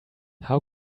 how